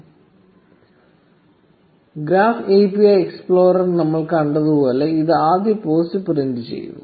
1433 graph API എക്സ്പ്ലോററിൽ നമ്മൾ കണ്ടതുപോലെ ഇത് ആദ്യ പോസ്റ്റ് പ്രിന്റ് ചെയ്യുന്നു